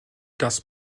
das